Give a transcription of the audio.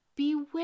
Beware